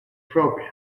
program